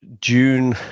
June